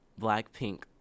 Blackpink